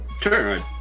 turn